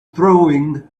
throwing